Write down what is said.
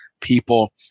people